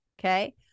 Okay